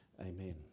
Amen